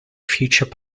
future